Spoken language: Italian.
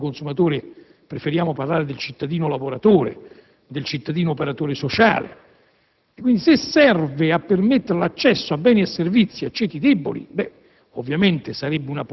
che, più che del cittadino consumatore, preferiamo parlare del cittadino lavoratore, del cittadino operatore sociale), se serve a permettere l'accesso a beni e servizi a ceti deboli,